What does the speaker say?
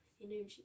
energy